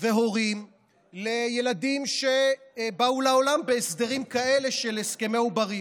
והורים לילדים שבאו לעולם בהסדרים כאלה של הסכמי נשיאת עוברים.